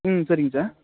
ம் சரிங்க சார்